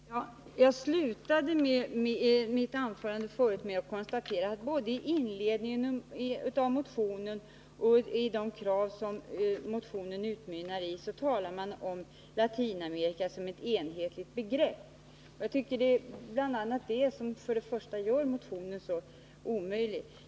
Herr talman! Jag avslutade mitt anförande med att konstatera att det både i motionens inledning och i de krav som motionen utmynnar i talas om Latinamerika såsom ett enhetligt begrepp. Bl.a. detta gör motionen så omöjlig.